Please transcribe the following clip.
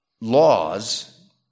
laws